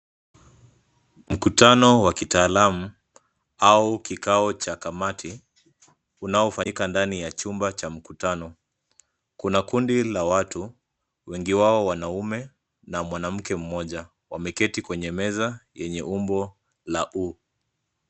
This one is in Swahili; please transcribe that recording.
Mkutano wa kitaalamu au kikao cha kamati unaofanyika ndani ya chumba cha mkutano, kuna kundi la watu wengi wao wanaume na mwanamke mmoja wameketi kwenye meza lenye umbo la U.